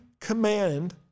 command